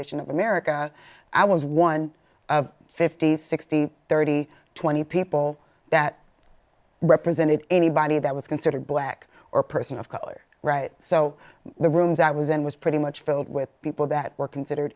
foundation of america i was one of fifty sixty thirty twenty people that represented anybody that was considered black or person of color so the rooms i was in was pretty much filled with people that were considered